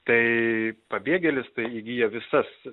tai pabėgėlis įgyja visas